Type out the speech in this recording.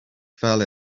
fell